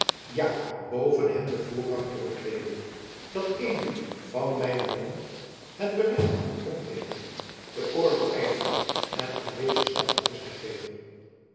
ja boven hen den voorrang te bekleeden dat één woord van mijnen mond het beleg kan doen opbreken den oorlog eindigen en aan deze stad de rust hergeven